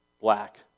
black